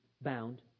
bound